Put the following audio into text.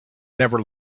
never